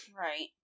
Right